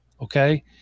Okay